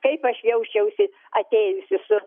kaip aš jausčiausi atėjusi su